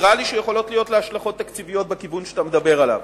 נראה לי שיכולות להיות לה השלכות תקציביות בכיוון שאתה מדבר עליו.